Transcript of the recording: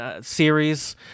series